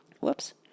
whoops